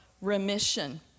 remission